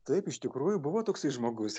taip iš tikrųjų buvo toksai žmogus